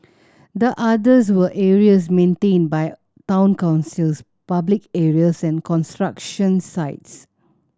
the others were areas maintained by town councils public areas and construction sites